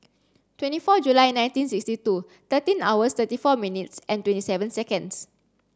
twenty four July nineteen sixty two thirteen hours thirty four minutes and twenty seven seconds